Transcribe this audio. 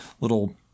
little